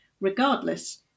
regardless